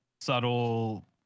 subtle